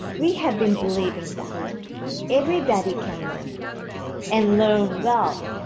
we have been believing that everybody can learn and learn well,